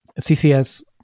CCS